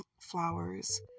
flowers